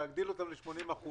להגדיל אותם ל-80%.